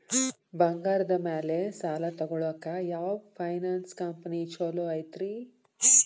ಬಂಗಾರದ ಮ್ಯಾಲೆ ಸಾಲ ತಗೊಳಾಕ ಯಾವ್ ಫೈನಾನ್ಸ್ ಕಂಪನಿ ಛೊಲೊ ಐತ್ರಿ?